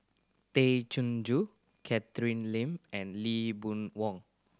Tay Chin Joo Catherine Lim and Lee Boon Wang